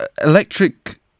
electric